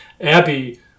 Abby